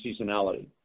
seasonality